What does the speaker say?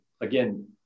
again